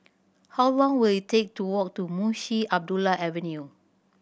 how long will it take to walk to Munshi Abdullah Avenue